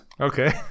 Okay